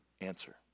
answer